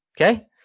Okay